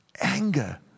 Anger